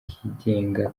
kigenga